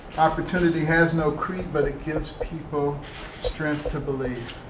opportunity has no creed, but it gives people strength to believe.